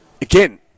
again